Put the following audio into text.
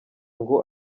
ngo